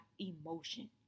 emotion